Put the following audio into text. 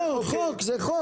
לא, זה חוק.